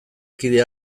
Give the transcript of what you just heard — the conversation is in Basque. kide